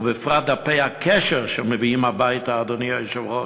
ובפרט דפי הקשר שמביאים הביתה, אדוני היושב-ראש,